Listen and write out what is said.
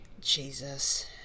Jesus